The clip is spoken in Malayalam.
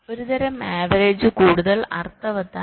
ഒരുതരം ആവറേജ് കൂടുതൽ അർത്ഥവത്താണ്